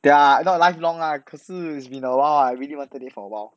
对啦 not lifelong lah 可是 it's been a while ah I really wanted it for a while